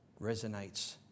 resonates